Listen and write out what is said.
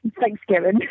Thanksgiving